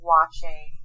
Watching